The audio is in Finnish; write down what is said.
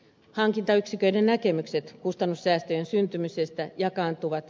hankintayksiköiden näkemykset kustannussäästöjen syntymisestä jakaantuvat